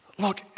Look